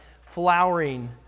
flowering